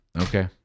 okay